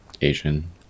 Asian